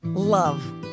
love